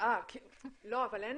אבל אין